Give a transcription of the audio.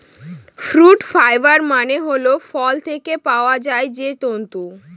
fruit fibre মানে হল ফল থেকে পাওয়া যায় যে তন্তু